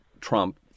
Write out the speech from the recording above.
Trump